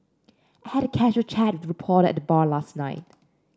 I had a casual chat with reporter at the bar last night